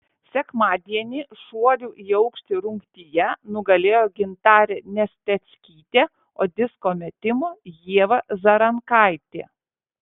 sekmadienį šuolių į aukštį rungtyje nugalėjo gintarė nesteckytė o disko metimo ieva zarankaitė